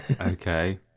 Okay